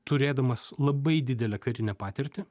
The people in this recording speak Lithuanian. turėdamas labai didelę karinę patirtį